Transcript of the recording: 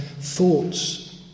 thoughts